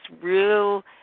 real